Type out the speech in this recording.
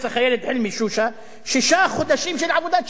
חילמי שושא הוא שישה חודשים של עבודות שירות.